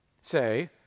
say